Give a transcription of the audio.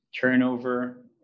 turnover